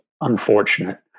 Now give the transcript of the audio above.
unfortunate